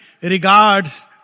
regards